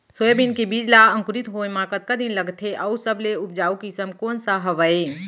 Soybean के बीज ला अंकुरित होय म कतका दिन लगथे, अऊ सबले उपजाऊ किसम कोन सा हवये?